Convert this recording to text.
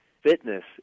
fitness